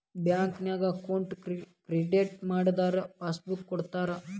ಬ್ಯಾಂಕ್ನ್ಯಾಗ account create ಮಾಡಿದರ passbook ಕೊಡ್ತಾರಾ